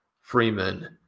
Freeman